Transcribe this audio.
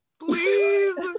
Please